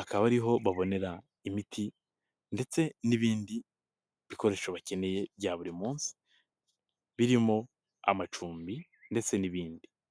akaba ariho babonera imiti ndetse n'ibindi bikoresho bakeneye bya buri munsi birimo amacumbi ndetse n'ibindi.